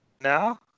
Now